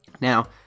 Now